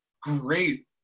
great